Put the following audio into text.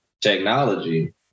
technology